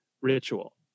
ritual